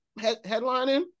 headlining